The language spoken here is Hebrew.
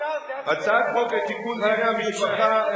הצעת חוק לתיקון דיני המשפחה,